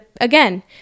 again